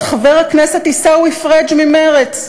את חבר הכנסת עיסאווי פריג' ממרצ.